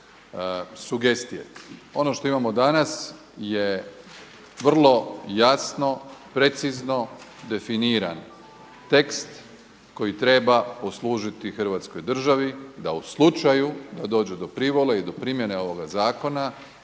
sugestije. Ono što imamo danas je vrlo jasno precizno definiran tekst koji treba poslužiti Hrvatskoj državi da u slučaju da dođe do privole i do primjene ovoga zakona